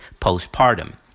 postpartum